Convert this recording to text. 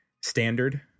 standard